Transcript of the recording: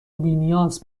بینیاز